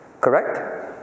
correct